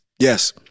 yes